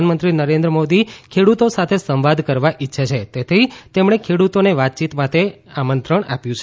પ્રધાનમંત્રી નરેન્દ્ર મોદી ખેડૂતો સાથે સંવાદ કરવા ઇચ્છે છે તેથી તેમણે ખેડૂતોને વાતચીત માટે આમંત્રણ પાઠવ્યું છે